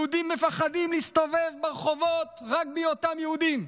יהודים מפחדים להסתובב ברחובות רק בשל היותם יהודים.